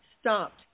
stopped